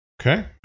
Okay